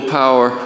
power